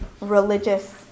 religious